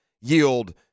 yield